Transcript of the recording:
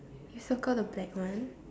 you circle the black one